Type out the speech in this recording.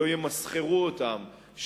שלא ימסחרו אותם,